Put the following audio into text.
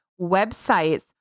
websites